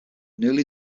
newly